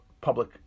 public